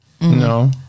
No